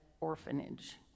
orphanage